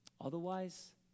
Otherwise